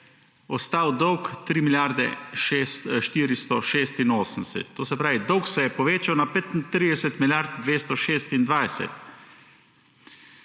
ostal dolg 3 milijarde 486 to se pravi dolg se je povečal na 35 milijard 226.